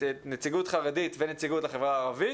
נציגות חרדית ונציגות לחברה הערבית.